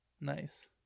Nice